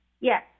Yes